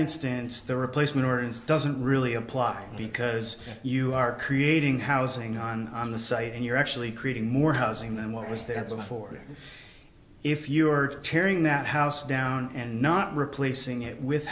instance the replacement orders doesn't really apply because you are creating housing on on the site and you're actually creating more housing than what was there and so forth and if you're tearing that house down and not replacing it with